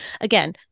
again